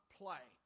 play